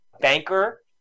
banker